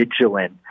vigilant